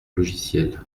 logiciel